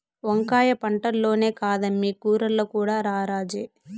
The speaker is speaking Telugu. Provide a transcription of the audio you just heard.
వంకాయ పంటల్లోనే కాదమ్మీ కూరల్లో కూడా రారాజే